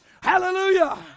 Hallelujah